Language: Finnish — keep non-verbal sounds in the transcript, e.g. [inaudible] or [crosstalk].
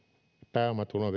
pääomatulon [unintelligible]